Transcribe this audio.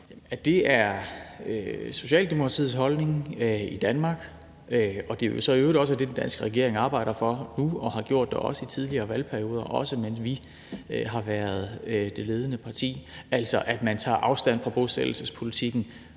Det er Socialdemokratiets holdning i Danmark, og det er jo så i øvrigt også det, den danske regering arbejder for nu, og det har man også gjort i tidligere valgperioder, også mens vi har været det ledende parti, altså at man tager afstand fra bosættelsespolitikken